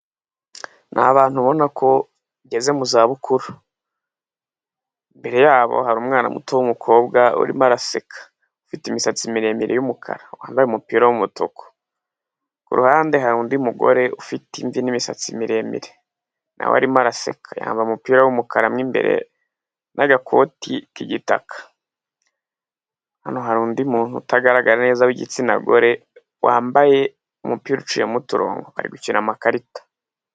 Ni abantu ubona ko bageze mu zabukuru. Imbere yabo hari umwana muto w'umukobwa urimo araseka. Ufite imisatsi miremire y'umukara. Wambaye umupira w'umutuku. Ku ruhande hari undi mugore ufite imvi n'imisatsi miremire. Na we arimo araseka. Yambaye umupira w'umukara mo imbere n'agakoti k'igitaka. Hano hari undi muntu utagaragara neza w'igitsina gore wambaye umupira uciyemo uturongo. Bari gukina amakarita.